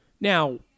Now